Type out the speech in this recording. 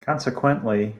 consequently